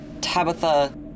Tabitha